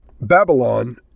Babylon